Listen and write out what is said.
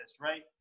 right